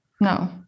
No